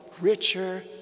richer